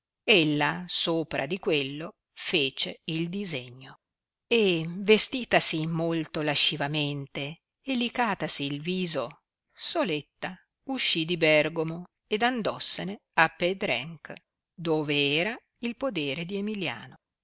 caro ella sopra di quello fece il disegno e vestitasi molto lascivamente e licatasi il viso soletta uscì di bergomo ed andossene a pedrènch dove era il podere di emilliano